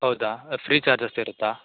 ಹೌದ free charges ಇರುತ್ತ